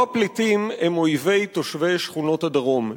לא הפליטים הם אויבי תושבי שכונות הדרום,